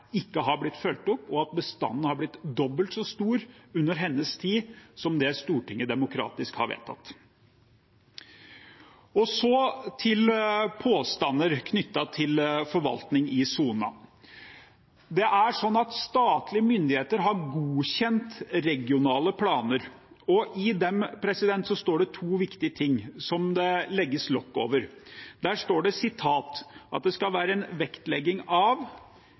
ikke har blitt fulgt opp, og at bestanden har blitt dobbelt så stor under hennes tid som det Stortinget demokratisk har vedtatt. Til påstander knyttet til forvaltning i sonen: Statlige myndigheter har godkjent regionale planer, og i dem står det to viktige ting som det legges lokk over: «Det skal også legges vekt på å oppnå byrdefordeling ved en utskifting av konfliktfylte familiegrupper når bestandssituasjonen tillater dette, slik at ikke de samme områdene skal